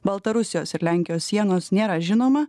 baltarusijos ir lenkijos sienos nėra žinoma